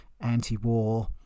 anti-war